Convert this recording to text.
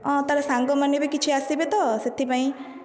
ହଁ ତାର ସାଙ୍ଗମାନେ ବି କିଛି ଆସିବେ ତ ସେଥିପାଇଁ